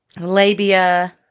Labia